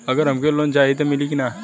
अगर हमके लोन चाही त मिली की ना?